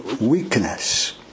weakness